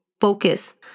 focus